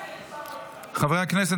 חברי הכנסת,